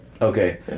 Okay